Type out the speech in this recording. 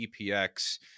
EPX